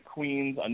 Queens